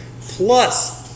plus